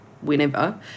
whenever